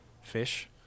fish